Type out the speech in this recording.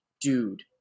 dude